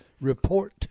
report